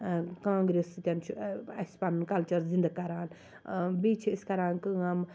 گانٛگرٕ سۭتۍ چھُ اَسہِ پَنُن کَلچَر زٕنٛدٕ کَران بیٚیہِ چھِ أسۍ کَران کٲم